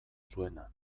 zuena